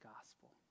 gospel